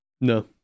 no